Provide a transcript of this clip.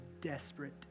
desperate